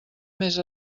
més